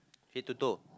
head to toe